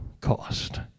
cost